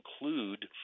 include